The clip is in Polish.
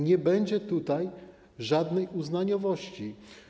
Nie będzie tutaj żadnej uznaniowości.